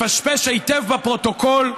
לפשפש היטב בפרוטוקול,